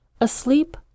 asleep